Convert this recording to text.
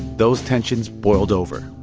those tensions boiled over.